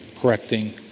Correcting